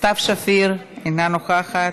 סתיו שפיר אינה נוכחת,